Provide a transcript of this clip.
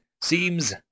seems